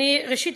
ראשית,